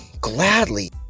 gladly